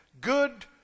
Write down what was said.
Good